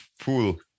pool